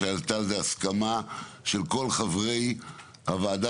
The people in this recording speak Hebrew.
והייתה על זה הסכמה של כל חברי הוועדה,